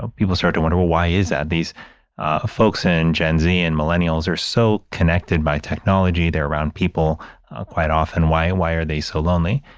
ah people start to wonder, why is that? these folks in gen z and millennials are so connected by technology, they're around people quite often. why and why are they so lonely?